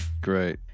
Great